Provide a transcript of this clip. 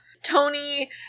Tony